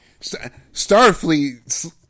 Starfleet